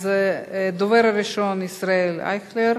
אז הדובר הראשון, ישראל אייכלר,